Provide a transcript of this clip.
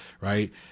right